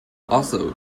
also